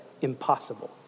impossible